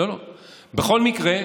בכל מקרה,